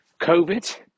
COVID